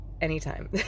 anytime